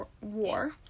War